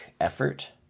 effort